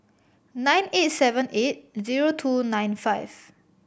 nine eight seven eight zero two nine five